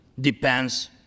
depends